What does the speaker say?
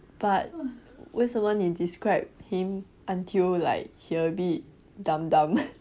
but 为什么你 describe him until like he a bit dumb dumb